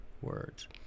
words